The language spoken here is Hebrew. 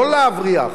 לא להבריח,